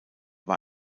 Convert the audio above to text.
war